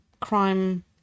crime